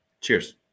Cheers